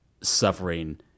suffering